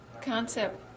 concept